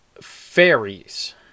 fairies